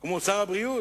כמו שר הבריאות.